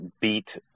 beat